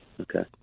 Okay